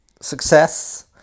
success